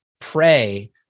pray